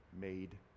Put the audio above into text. made